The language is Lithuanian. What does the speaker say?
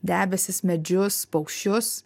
debesis medžius paukščius